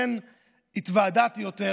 שהתוודעתי יותר,